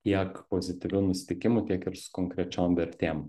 tiek pozityviu nusiteikimu tiek ir su konkrečiom vertėm